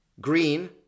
Green